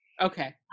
Okay